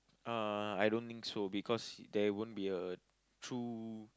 uh I don't think so because there won't be a true